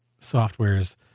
softwares